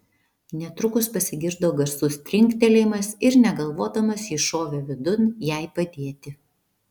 netrukus pasigirdo garsus trinktelėjimas ir negalvodamas jis šovė vidun jai padėti